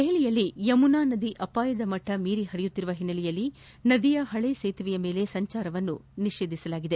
ದೆಹಲಿಯಲ್ಲಿ ಯಮುನಾ ನದಿ ಅಪಾಯಮಟ್ಟ ಮೀರಿ ಪರಿಯುತ್ತಿರುವ ಹಿನ್ನೆಲೆಯಲ್ಲಿ ನದಿಯ ಹಳೆ ಸೇತುವೆಯ ಮೇಲೆ ಸಂಚಾರವನ್ನು ನಿಷೇಧಿಸಲಾಗಿದೆ